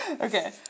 Okay